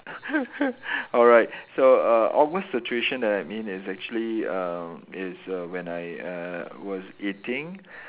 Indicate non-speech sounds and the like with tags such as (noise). (laughs) alright so err awkward situation that I'm in is actually uh is err when I uh was eating